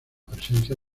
presencia